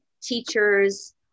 Teachers